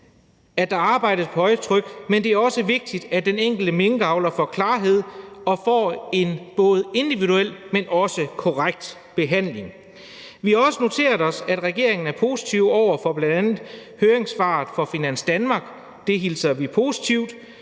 at der arbejdes på højtryk, men det er også vigtigt, at den enkelte minkavler får klarhed og får en både individuel, men også korrekt behandling. Vi har også noteret os, at regeringen er positiv over for bl.a. høringssvaret fra Finans Danmark, det hilser vi positivt.